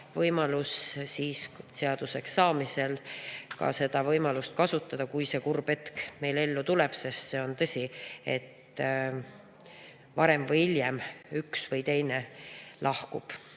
ja eelnõu seaduseks saamisel saavad seda võimalust kasutada, kui see kurb hetk nende ellu tuleb, sest on tõsi, et varem või hiljem üks või teine lahkub.